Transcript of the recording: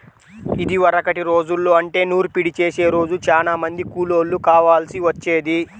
ఇదివరకటి రోజుల్లో అంటే నూర్పిడి చేసే రోజు చానా మంది కూలోళ్ళు కావాల్సి వచ్చేది